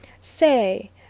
Say